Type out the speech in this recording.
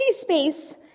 space